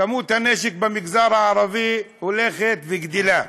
כמות הנשק במגזר הערבי הולכת וגדלה,